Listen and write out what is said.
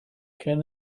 can